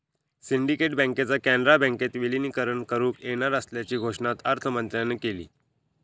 syndicate बँकेचा कॅनरा बँकेत विलीनीकरण करुक येणार असल्याची घोषणा अर्थमंत्र्यांन केली